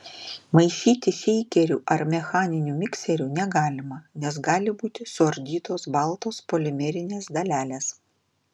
maišyti šeikeriu ar mechaniniu mikseriu negalima nes gali būti suardytos baltos polimerinės dalelės